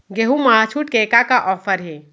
गेहूँ मा छूट के का का ऑफ़र हे?